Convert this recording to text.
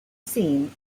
scene